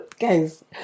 guys